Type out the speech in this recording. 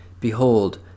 Behold